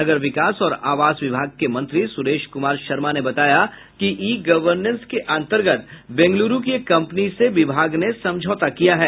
नगर विकास और आवास विभाग के मंत्री सुरेश कुमार शर्मा ने बताया कि ई गवर्नेस के अंतर्गत बेंगलुरू की एक कंपनी से विभाग ने समझौता किया है